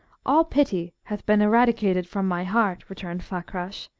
all pity hath been eradicated from my heart, returned fakrash.